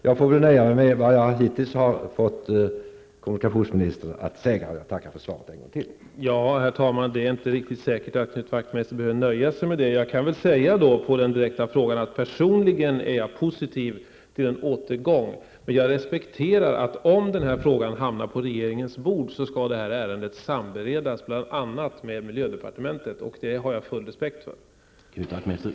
Jag får nöja mig med vad jag hittills har fått kommunikationsministern att säga, och jag tackar för svaret en gång till.